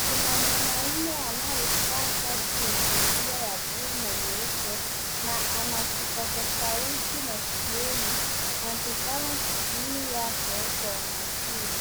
kuna mwanaume anayevaa shati lenye milia ya bluu na nyeupe na ana kipaza sauti masikioni. Anatazama skrini yake kwa umakini.